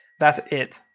that's it.